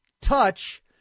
touch